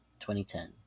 2010